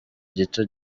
gito